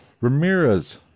Ramirez